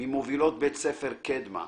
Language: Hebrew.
ממובילות בית ספר "קדמה"